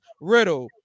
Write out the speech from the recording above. Riddle